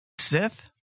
Sith